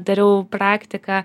dariau praktiką